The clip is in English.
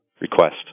request